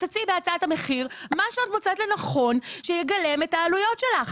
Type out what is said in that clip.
אז תציעי בהצעת המחיר מה שאת מוצאת לנכון שיגלם את העלויות שלך.